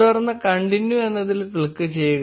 തുടർന്ന് കണ്ടിന്യൂ എന്നതിൽ ക്ലിക്ക് ചെയ്യുക